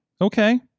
Okay